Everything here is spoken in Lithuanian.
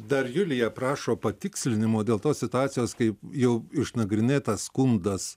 dar julija prašo patikslinimo dėl tos situacijos kai jau išnagrinėtas skundas